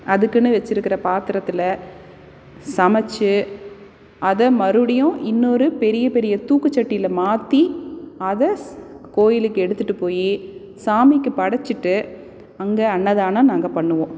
அதுக்குன்னு வச்சுருக்கற பாத்திரத்துல சமைச்சு அதை மறுபடியும் இன்னொரு பெரிய பெரிய தூக்குச்சட்டியில் மாற்றி அதை கோவிலுக்கு எடுத்துகிட்டு போய் சாமிக்கு படைச்சிட்டு அங்கே அன்னதானம் நாங்கள் பண்ணுவோம்